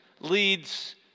leads